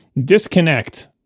disconnect